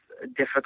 difficult